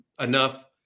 enough